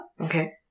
Okay